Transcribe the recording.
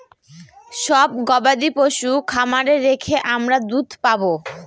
সব গবাদি পশু খামারে রেখে আমরা দুধ পাবো